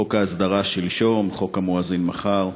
חוק ההסדרה שלשום, חוק המואזין מחר,